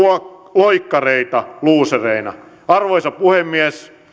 loikkareita luusereina arvoisa puhemies